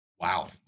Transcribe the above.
wow